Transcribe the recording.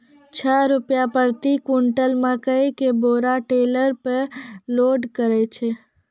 छह रु प्रति क्विंटल मकई के बोरा टेलर पे लोड करे छैय?